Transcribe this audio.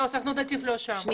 לא, סוכנות ונתיב לא שם.